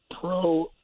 pro